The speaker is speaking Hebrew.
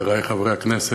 שלום, חברי חברי הכנסת,